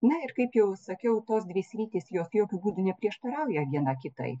na ir kaip jau sakiau tos dvi sritys jos jokiu būdu neprieštarauja viena kitai